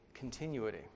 continuity